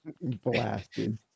Blasted